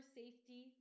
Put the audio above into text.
safety